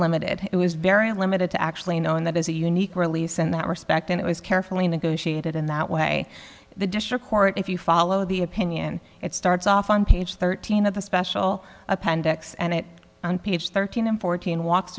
limited it was very limited to actually no and that is a unique release in that respect and it was carefully negotiated in that way the district court if you follow the opinion it starts off on page thirteen of the special appendix and it on page thirteen and fourteen walks